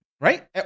right